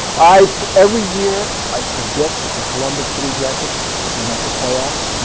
every year, i predict the columbus blue jackets will make the playoffs.